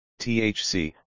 THC